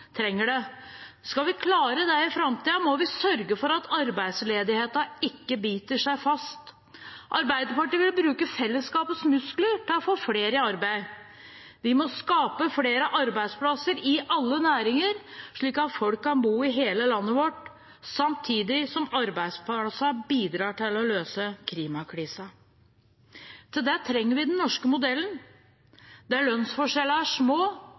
trenger den. Skal vi klare det i framtiden, må vi sørge for at arbeidsledigheten ikke biter seg fast. Arbeiderpartiet vil bruke fellesskapets muskler til å få flere i arbeid. Vi må skape flere arbeidsplasser i alle næringer, sånn at folk kan bo i hele landet vårt, samtidig som arbeidsplassene bidrar til å løse klimakrisen. Til det trenger vi den norske modellen, der lønnsforskjellene er små